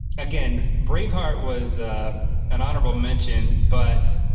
again, braveheart was an honorable mention, but